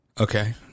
okay